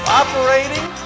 operating